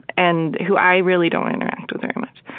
and who i really don't interact with ah much.